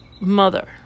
mother